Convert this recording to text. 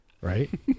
Right